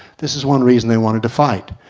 this is one reason they wanted to fight.